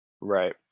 right